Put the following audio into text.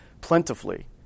plentifully